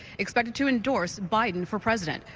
expecting to endorse biden for president.